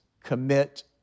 commit